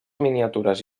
miniatures